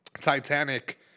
Titanic